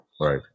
right